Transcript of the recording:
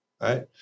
right